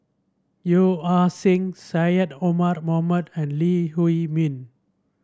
Yeo Ah Seng Syed Omar Mohamed and Lee Huei Min